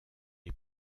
est